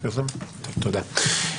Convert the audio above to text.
תודה.